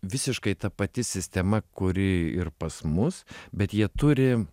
visiškai ta pati sistema kuri ir pas mus bet jie turi